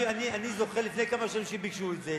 אני זוכר, לפני כמה שנים ביקשו את זה.